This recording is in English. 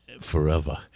forever